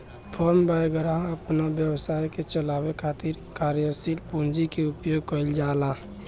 form वैगरह अपना व्यवसाय के चलावे खातिर कार्यशील पूंजी के उपयोग कईल जाला